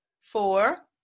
four